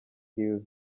hill